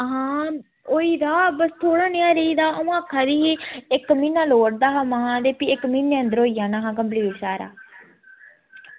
आं होई दा थोह्ड़ा निहा रेही दा बाऽ आक्खा दी ही इक्क म्हीना लोड़दा हा भी इक्क म्हीनै दे अंदर होई जाना हा कंप्लीट सारा